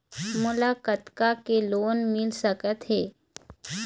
मोला कतका के लोन मिल सकत हे?